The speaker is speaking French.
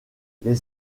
les